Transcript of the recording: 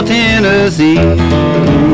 Tennessee